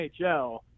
NHL